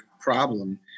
problem